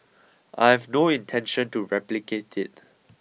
I have no intention to replicate it